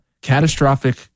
Catastrophic